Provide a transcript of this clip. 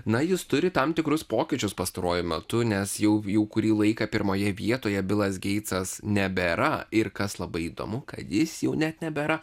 na jis turi tam tikrus pokyčius pastaruoju metu nes jau jau kurį laiką pirmoje vietoje bilas geitsas nebėra ir kas labai įdomu kad jis jau net nebėra